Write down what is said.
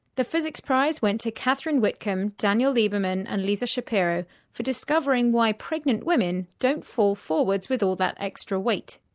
the physics prize went to catherine whitcomb, daniel lieberman and lisa shapiro for discovering why pregnant women don't fall forwards with all that extra weight.